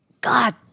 God